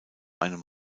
einem